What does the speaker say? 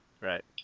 Right